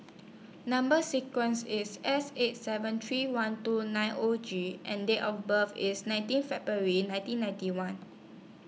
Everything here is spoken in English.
Number sequence IS S eight seven three one two nine O G and Date of birth IS nineteen February nineteen ninety one